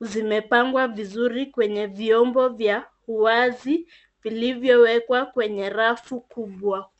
zimepangwa vizuri kwenye viombo vya uwazi vilivyowekwa kwenye rafu kubwa.